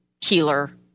healer